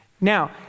Now